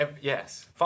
Yes